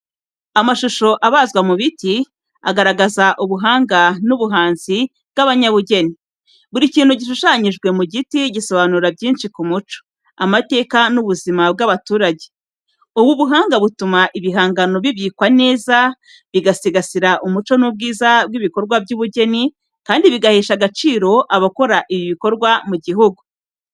Amashusho abazwa mu biti, agaragaza ubuhanga n’ubuhanzi bw’abanyabugeni. Buri kintu gishushanyijwe mu giti gisobanura byinshi ku muco, amateka n’ubuzima bw’abaturage. Ubu buhanga butuma ibihangano bibikwa neza, bigasigasira umuco n’ubwiza bw’ibikorwa by’ubugeni, kandi bigahesha agaciro abakora ibi bikorwa mu gihugu.